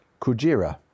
kujira